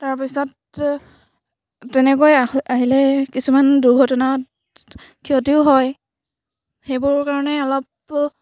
তাৰপিছত তেনেকৈ আহি আহিলে কিছুমান দুৰ্ঘটনাত ক্ষতিও হয় সেইবোৰ কাৰণে অলপ